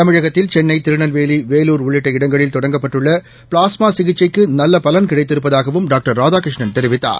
தமிழகத்தில் சென்னை திருநெல்வேலி வேலூர் உள்ளிட்ட இடங்களில் தொடங்கப்பட்டுள்ளபிளாஸ்மாசிகிச்சைக்குநல்வபலன் கிடைத்திருப்பதாகவும் டாக்டர் ராதாகிருஷ்ணன் தெரிவித்தார்